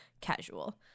casual